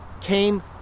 came